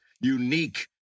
unique